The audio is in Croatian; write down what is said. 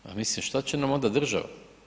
Pa mislim šta će nam onda država?